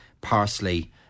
parsley